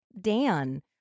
Dan